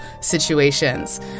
situations